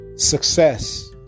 Success